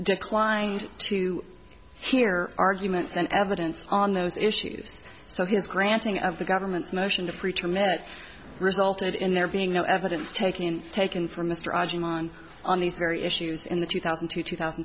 declined to hear arguments and evidence on those issues so his granting of the government's motion to pre term minutes resulted in there being no evidence taken taken from the on these very issues in the two thousand to two thousand